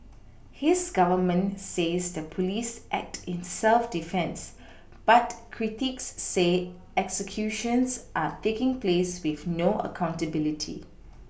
his Government says the police act in self defence but critics say executions are taking place with no accountability